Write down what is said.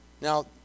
Now